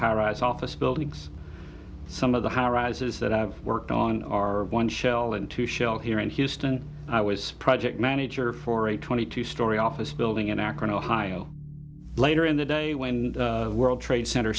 high rise office buildings some of the high rises that i've worked on are one shell into shell here in houston i was a project manager for a twenty two story office building in akron ohio later in the day when the world trade cent